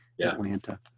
Atlanta